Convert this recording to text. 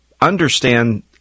understand